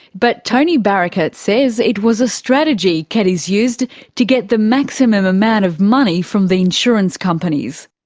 but tony barakat says it was a strategy keddies used to get the maximum amount of money from the insurance companies.